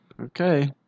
Okay